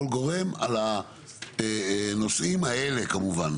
כל גורם על הנושאים האלה כמובן.